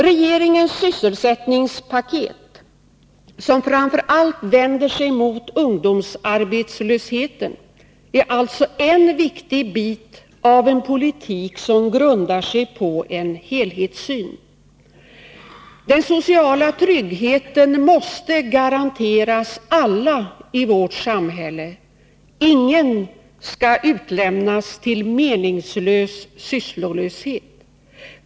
Regeringens sysselsättningspaket, som framför allt vänder sig mot ungdomsarbetslösheten, är alltså en viktig bit av en politik som grundar sig på en helhetssyn. Den sociala tryggheten måste garanteras alla i vårt samhälle. Ingen skall utlämnas till meningslös sysslolöshet.